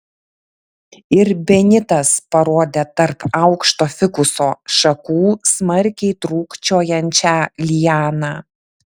ir benitas parodė tarp aukšto fikuso šakų smarkiai trūkčiojančią lianą